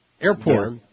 Airport